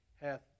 hath